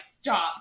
stop